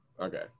Okay